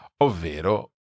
Ovvero